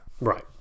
right